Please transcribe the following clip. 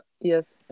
Yes